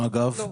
אגב,